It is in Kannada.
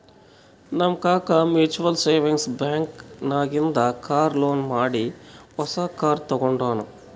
ನಮ್ ಕಾಕಾ ಮ್ಯುಚುವಲ್ ಸೇವಿಂಗ್ಸ್ ಬ್ಯಾಂಕ್ ನಾಗಿಂದೆ ಕಾರ್ ಲೋನ್ ಮಾಡಿ ಹೊಸಾ ಕಾರ್ ತಗೊಂಡಾನ್